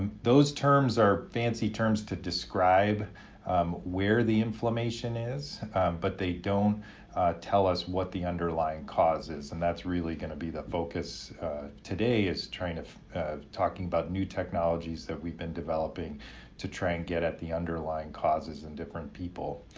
and those terms are fancy terms to describe where the inflammation is but they don't tell us what the underlying cause is and that's really gonna be the focus today, is and talking about new technologies that we've been developing to try and get at the underlying causes in different people.